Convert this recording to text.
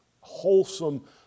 wholesome